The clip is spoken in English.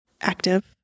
active